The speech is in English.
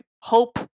hope